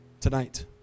Tonight